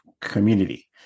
community